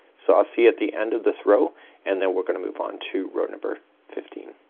so i'll see at the end of this row and then we're gonna move on to row number fifteen.